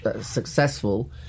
successful